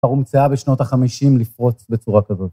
כבר הומצאה בשנות ה-50 לפרוץ בצורה כזאת.